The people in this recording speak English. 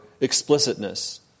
explicitness